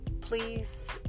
please